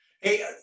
Hey